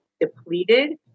depleted